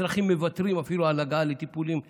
אזרחים מוותרים אפילו על הגעה לטיפולים חשובים,